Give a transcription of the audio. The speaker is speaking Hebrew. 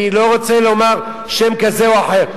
אני לא רוצה לומר שם כזה או אחר.